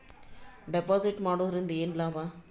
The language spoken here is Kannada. ಡೆಪಾಜಿಟ್ ಮಾಡುದರಿಂದ ಏನು ಲಾಭ?